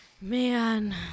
Man